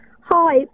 Hi